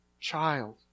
child